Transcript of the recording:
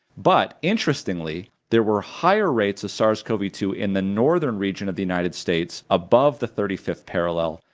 but interestingly, there were higher rates of sars cov two in the northern region of the united states, above the thirty fifth parallel,